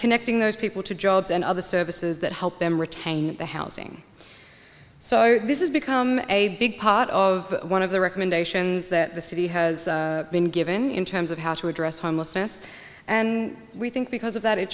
connecting those people to jobs and other services that help them retain the housing so this is become a big part of one of the recommendations that the city has been given in terms of how to address homelessness and we think because of that it